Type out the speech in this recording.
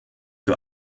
für